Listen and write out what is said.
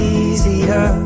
easier